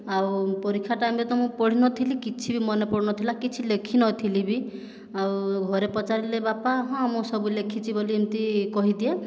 ଆଉ ପରୀକ୍ଷା ଟାଇମରେ ତ ମୁଁ ପଢ଼ି ନଥିଲି କିଛି ବି ମନେ ପଡ଼ୁନଥିଲା କିଛି ଲେଖିନଥିଲି ବି ଆଉ ଘରେ ପଚାରିଲେ ବାପା ହଁ ମୁଁ ସବୁ ଲେଖିଛି ବୋଲି ଏମିତି କହିଦିଏ